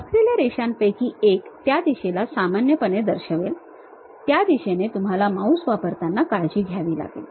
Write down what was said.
असलेल्या रेषांपैकी एक त्या दिशेला सामान्यपणे दर्शवेल त्या दिशेने तुम्हाला माउस वापरताना काळजी घ्यावी लागेल